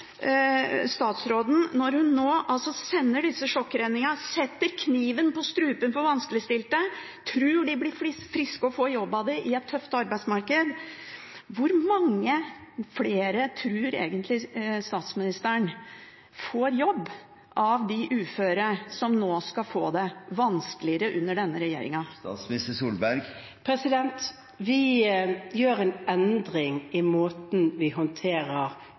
når hun nå sender disse sjokkregningene, setter vanskeligstilte kniven på strupen, tror de blir friske og at de får jobb ut fra det i et tøft arbeidsmarked: Hvor mange flere av de uføre tror egentlig statsministeren får jobb av dette – uføre som nå skal få det vanskeligere under denne regjeringen? Vi gjør en endring i måten vi håndterer